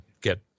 get